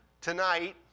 tonight